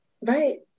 Right